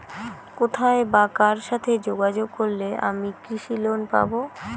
কোথায় বা কার সাথে যোগাযোগ করলে আমি কৃষি লোন পাব?